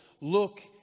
look